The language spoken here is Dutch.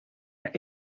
haar